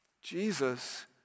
Jesus